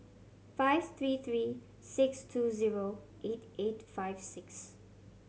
five three three six two zero eight eight five six